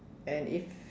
and if